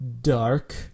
dark